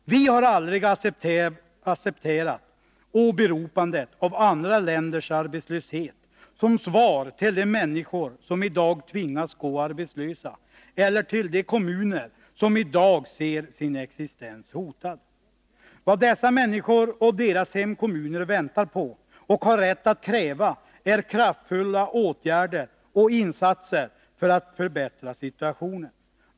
Vi har aldrig accepterat åberopandet av andra länders arbetslöshet som svar till de människor som i dag tvingas gå arbetslösa eller till de kommuner som i dag ser sin existens hotad. Vad dessa människor och deras hemkommuner väntar på, och har rätt att kräva, är kraftfulla åtgärder och insatser för att förbättra situationen.